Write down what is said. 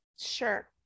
Sure